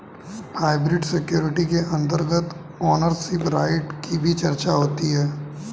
hybrid security के अंतर्गत ownership right की भी चर्चा होती है